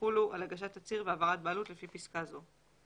יחולו על הגשת תצהיר והעברת בעלות לפי פסקה זו.